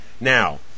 now